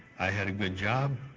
i had a good job,